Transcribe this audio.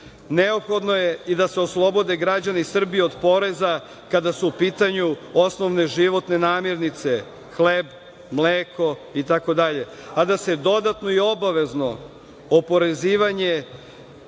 posla. Neophodno je i da se oslobode građani Srbije od poreza kada su u pitanju osnovne životne namirnice, hleb, mleko i tako dalje, a da se dodatno i obavezno oporezivanje